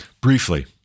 Briefly